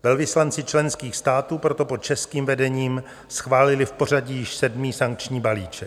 Velvyslanci členských států proto pod českým vedením schválili v pořadí již sedmý sankční balíček.